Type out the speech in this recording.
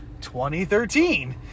2013